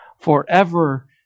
forever